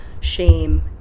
shame